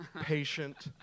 patient